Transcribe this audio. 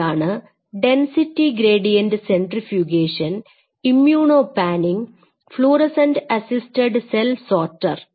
അവയാണ് density gradient centrifugation immuno panning fluorescent assisted cell sorter